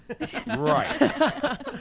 Right